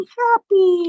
happy